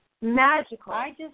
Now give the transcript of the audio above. Magical